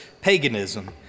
paganism